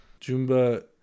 Jumba